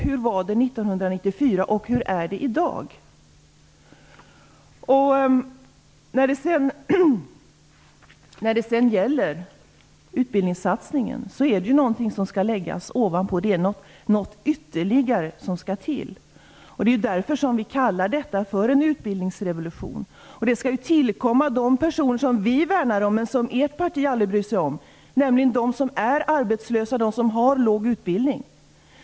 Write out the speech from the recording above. Hur var det 1994, och hur är det i dag? Utbildningssatsningen är någonting som skall läggas ovanpå, och som ytterligare skall till. Därför kallar vi detta för en utbildningsrevolution. Den skall tillkomma de personer vi värnar om, men som Per Unckels parti aldrig bryr sig om, nämligen de som är arbetslösa och de som har låg utbildning.